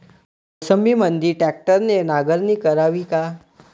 मोसंबीमंदी ट्रॅक्टरने नांगरणी करावी का?